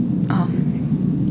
um